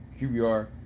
QBR